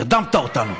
הרדמת אותנו.